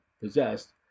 possessed